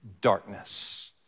darkness